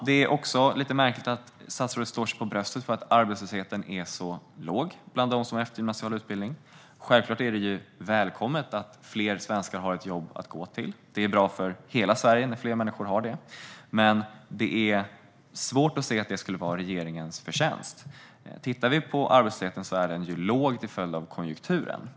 Det är också lite märkligt att statsrådet slår sig för bröstet för att arbetslösheten är så låg bland dem med eftergymnasial utbildning. Självklart är det välkommet att fler svenskar har ett jobb att gå till. Det är bra för hela Sverige när fler människor har det. Men det är svårt att se att det skulle vara regeringens förtjänst. Vi kan ju se att arbetslösheten är låg till följd av konjunkturen.